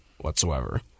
Whatsoever